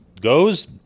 goes